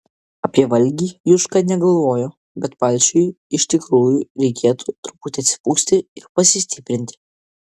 apie valgį juška negalvojo bet palšiui iš tikrųjų reikėtų truputį atsipūsti ir pasistiprinti